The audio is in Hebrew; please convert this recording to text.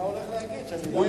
אדוני